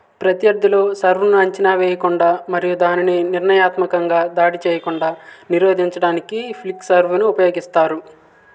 ప్రత్యర్థిలో serve ను అంచనా వేయకుండా మరియు దానిని నిర్ణయాత్మకంగా దాడి చేయకుండా నిరోధించడానికి ఫ్లిక్ సర్వ్ ను ఉపయోగిస్తారు